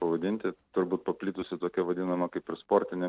pavadint turbūt paplitusi tokia vadinama kaip ir sportinė